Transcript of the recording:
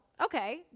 Okay